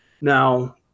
Now